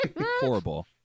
horrible